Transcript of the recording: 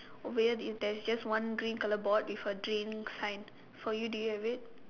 will is there is just one green colour board with a drink sign for you do you have it